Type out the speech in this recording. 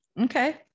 Okay